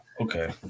Okay